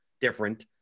different